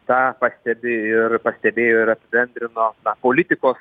tą pastebi ir pastebėjo ir apibendrino politikos